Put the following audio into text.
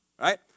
right